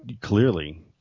Clearly